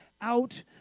out